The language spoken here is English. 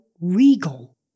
regal